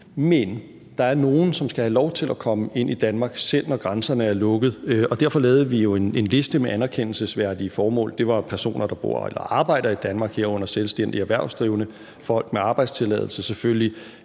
Men der er nogle, som skal have lov til at komme ind i Danmark, selv når grænserne er lukket. Derfor lavede vi jo en liste med anerkendelsesværdige formål. Det var jo personer, der bor eller arbejder i Danmark, herunder selvstændigt erhvervsdrivende, folk med arbejdstilladelse, selvfølgelig,